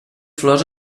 flors